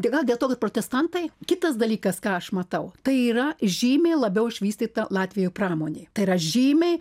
tai gal dėl to kad protestantai kitas dalykas ką aš matau tai yra žymiai labiau išvystyta latvijoj pramonė tai yra žymiai